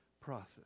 process